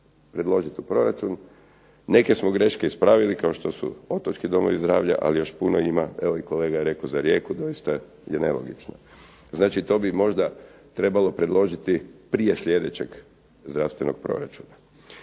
predložiti u proračun, neke smo greške ispravili kao što su …/Ne razumije se./… domovi zdravlja, ali još puno ima, evo i kolega je rekao za Rijeku, doista je nelogično. Znači to bi možda trebalo predložiti prije sljedećeg zdravstvenog proračuna.